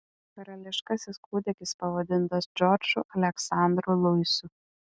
karališkasis kūdikis pavadintas džordžu aleksandru luisu